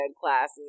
classes